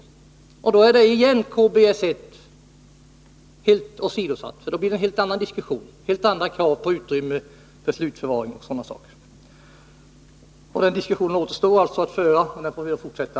Och därigenom är KBS 1 återigen helt åsidosatt. Diskussionen om detta återstår alltså att föra.